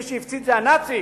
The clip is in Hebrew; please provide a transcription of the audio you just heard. מי שהפציץ זה הנאצים,